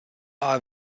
are